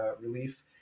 relief